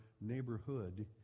neighborhood